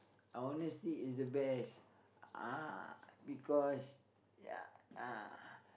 honesty is the best uh because ya uh